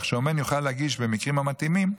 כך שבמקרים המתאימים,